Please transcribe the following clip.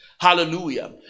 Hallelujah